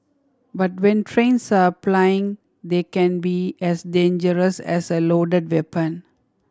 but when trains are plying they can be as dangerous as a loaded weapon